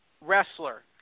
wrestler